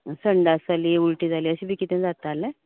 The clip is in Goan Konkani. संडास जाली उल्टी जाली अशें बी कितें जातालें